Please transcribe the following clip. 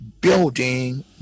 Building